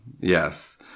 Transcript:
Yes